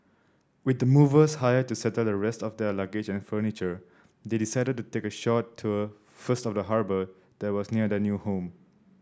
with the movers hired to settle the rest of their luggage and furniture they decided to take a short tour first of the harbour that was near their new home